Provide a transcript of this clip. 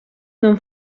non